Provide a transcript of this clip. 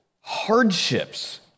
hardships